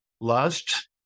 lust